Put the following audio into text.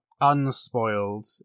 unspoiled